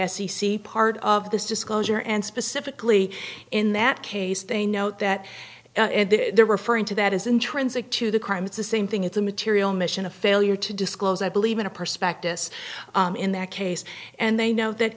c part of this disclosure and specifically in that case they note that they're referring to that is intrinsic to the crime it's the same thing it's a material mission a failure to disclose i believe in a prospectus in that case and they know that